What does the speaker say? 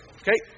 okay